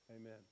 Amen